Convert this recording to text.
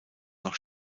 noch